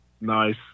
Nice